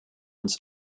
uns